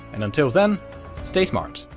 and until then stay smart.